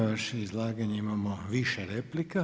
Na vaše izlaganje imamo više replika.